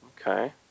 Okay